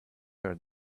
her